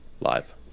Live